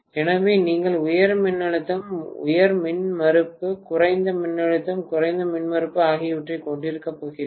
எனவே நீங்கள் உயர் மின்னழுத்தம் உயர் மின்மறுப்பு குறைந்த மின்னழுத்தம் குறைந்த மின்மறுப்பு ஆகியவற்றைக் கொண்டிருக்கப் போகிறீர்கள்